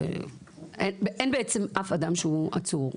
אין בעצם אף אדם שהוא עצור.